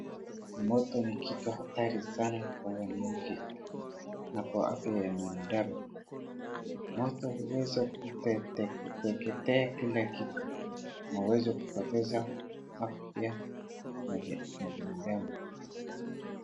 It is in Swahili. Moto ni kitu hatari sana kwa wananchi, na kwa afya ya mwanadamu. Moto huweza kuteketea kila kitu, na huweza kupoteza afya ya mwanadamu.